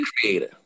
creator